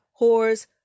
whores